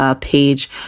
page